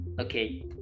Okay